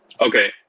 Okay